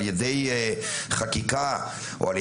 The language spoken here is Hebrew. אם קיימת כזאת,